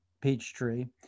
Peachtree